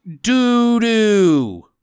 Doo-doo